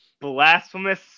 Blasphemous